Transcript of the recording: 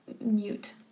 mute